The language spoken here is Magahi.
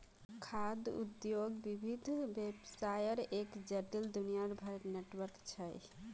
खाद्य उद्योग विविध व्यवसायर एक जटिल, दुनियाभरेर नेटवर्क छ